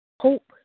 Hope